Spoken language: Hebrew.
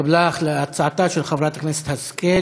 התקבלה הצעתה של חברת הכנסת השכל